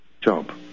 job